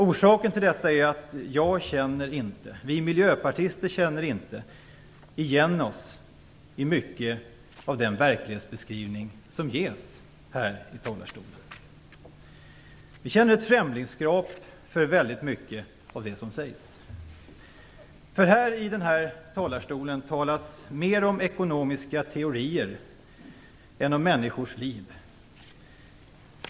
Orsaken till detta är att jag och vi miljöpartister inte känner igen oss i mycket av den verklighetsbeskrivning som ges här i talarstolen. Vi känner ett främlingskap inför väldigt mycket av det som sägs. I den här talarstolen talas det mer om ekonomiska teorier än om människors liv.